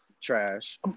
Trash